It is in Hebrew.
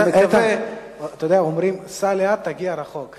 אתה יודע, אומרים: סע לאט, תגיע רחוק.